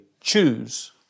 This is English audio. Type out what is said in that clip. choose